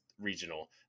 Regional